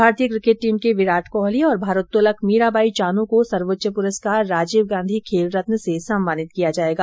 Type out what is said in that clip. भारतीय cricket team के विराट कोहली और भारोत्तोलक मीरा बाई चानू को सर्वोच्च पुरस्कार राजीव गांधी खेल रत्न से सम्मानित किया जाएगा